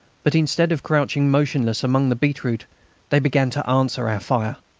but instead of crouching motionless among the beetroot they began to answer our fire.